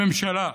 הממשלה,